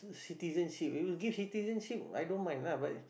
citizenship you will give citizenship i don't mind lah but